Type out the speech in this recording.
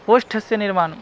ओष्ठस्य निर्माणम्